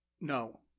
no